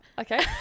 Okay